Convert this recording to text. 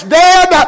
dead